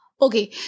okay